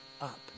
up